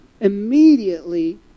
immediately